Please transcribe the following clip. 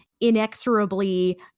inexorably